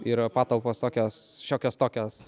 yra patalpos tokios šiokios tokios